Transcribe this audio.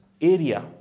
area